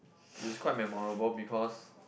is quite memorable because